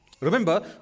Remember